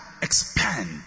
expand